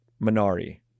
Minari